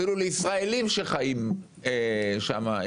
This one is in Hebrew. אפילו לישראלים שחיים שם.